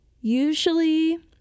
usually